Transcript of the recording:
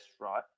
right